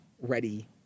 ready